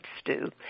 stew